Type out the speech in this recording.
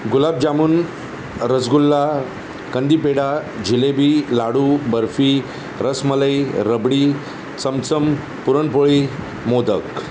gulab jamun rasgulla कंदीपेढा jalebi लाडू barfi rasmalai rabri chamcham puran poli modak